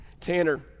Tanner